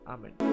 Amen